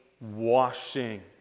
washing